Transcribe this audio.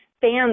fans